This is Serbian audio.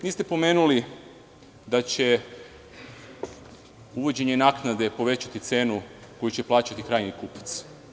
Niste pomenuli da će uvođenje naknade povećati cenu koju će plaćati krajnji kupac.